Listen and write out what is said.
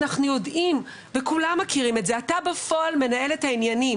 אנחנו יודעים וכולם מכירים את זה שאתה בפועל מנהל את העניינים